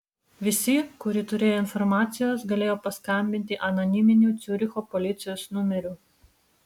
visi kurie turėjo informacijos galėjo paskambinti anoniminiu ciuricho policijos numeriu